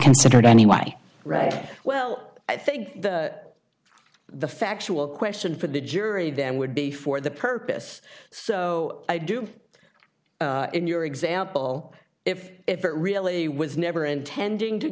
considered anyway ray well i think the factual question for the jury then would be for the purpose so i do in your example if it really was never intending to